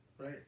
Right